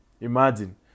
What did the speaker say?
Imagine